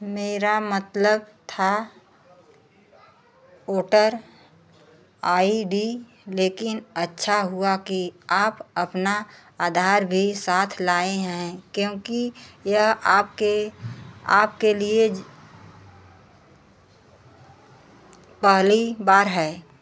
मेरा मतलब था वोटर आइ डी लेकिन अच्छा हुआ कि आप अपना आधार भी साथ लाए हैं क्योंकि यह आपके आपके लिए पहली बार है